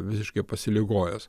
visiškai pasiligojęs